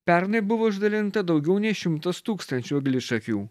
pernai buvo išdalinta daugiau nei šimtas tūkstančių eglišakių